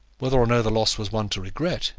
whether or no the loss was one to regret,